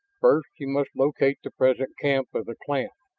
first, he must locate the present camp of the clan.